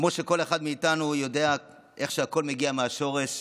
כמו שכל אחד מאיתנו יודע, הכול מגיע מהשורש.